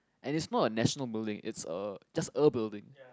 and is not a national building is a just a building